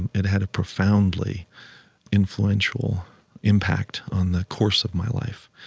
and it had a profoundly influential impact on the course of my life,